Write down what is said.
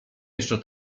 jeszcze